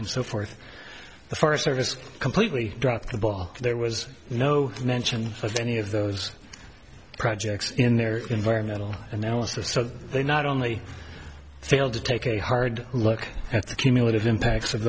and so forth the forest service completely dropped the ball there was no mention of any of those projects in their environmental analysis so they not only failed to take a hard look at the cumulative impacts of